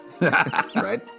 Right